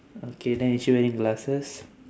okay then is she wearing glasses